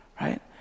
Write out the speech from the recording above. right